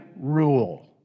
rule